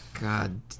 God